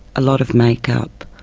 a lot of makeup,